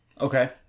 Okay